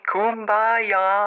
Kumbaya